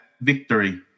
victory